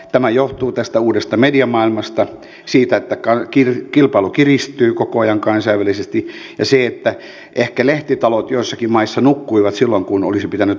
tämä johtuu tästä uudesta mediamaailmasta siitä että kilpailu kiristyy koko ajan kansainvälisesti ja ehkä lehtitalot joissakin maissa nukkuivat silloin kun olisi pitänyt toimia